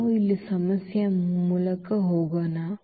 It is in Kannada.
ನಾವು ಇಲ್ಲಿ ಸಮಸ್ಯೆಯ ಮೂಲಕ ಹೋಗೋಣ